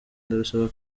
ndarusaba